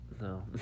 no